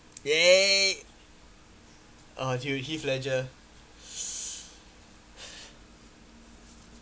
!yay! !aww! heath ledger